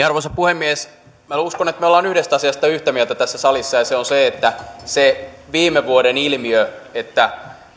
arvoisa puhemies minä uskon että me olemme tässä salissa yhtä mieltä yhdestä asiasta ja se on se viime vuoden ilmiö että